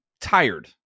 tired